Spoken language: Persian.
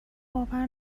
باور